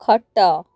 ଖଟ